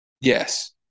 Yes